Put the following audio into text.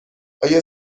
آیا